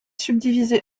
subdivisé